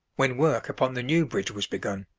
when work upon the new bridge was begun.